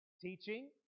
teaching